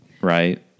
right